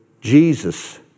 Jesus